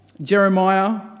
Jeremiah